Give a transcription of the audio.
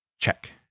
Check